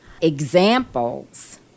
examples